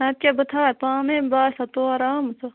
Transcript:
ادٕ کیاہ بہٕ تھاوے پانے بہٕ آسہے تور آمٕژ